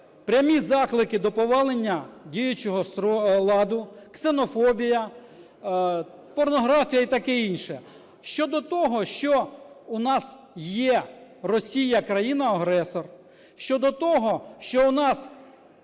прямі заклики до повалення діючого ладу, ксенофобія, порнографія і таке інше. Щодо того, що у нас є Росія, країна-агресор, що до того, що у нас